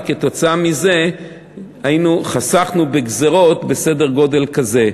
וכך חסכנו בגזירות בסדר גודל כזה.